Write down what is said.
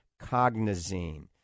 Cognizine